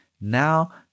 Now